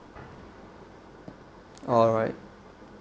alright